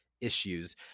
issues